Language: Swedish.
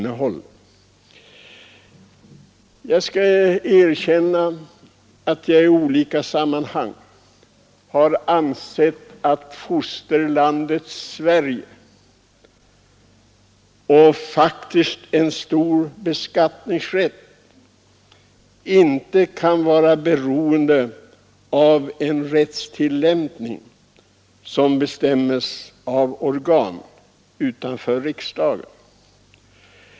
Jag erkänner att jag i olika sammanhang har ansett att fosterlandet Sverige inte får vara beroende av en rättstillämpning som bestäms av organ utanför riksdagen.